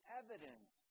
evidence